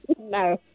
No